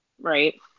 Right